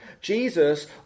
Jesus